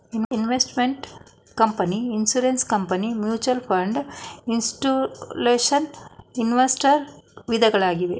investment company, insurance company, mutual fund, institutional investors ವಿಧಗಳಾಗಿವೆ